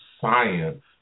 science